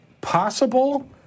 possible